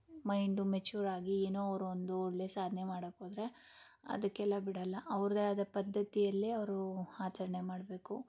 mind ಮೆಚೂರಾಗಿ ಏನೊ ಅವರು ಒಂದು ಒಳ್ಳೆಯ ಸಾಧನೆ ಮಾಡಕ್ಕೋದ್ರೆ ಅದಕ್ಕೆಲ್ಲ ಬಿಡೋಲ್ಲ ಅವ್ರದ್ದೇ ಆದ ಪದ್ಧತಿಯಲ್ಲಿ ಅವರು ಆಚರಣೆ ಮಾಡಬೇಕು